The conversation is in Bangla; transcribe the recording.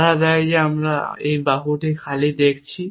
তারা দেয় একটি আমরা এই বাহুটি খালি দেখছি